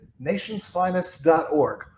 nationsfinest.org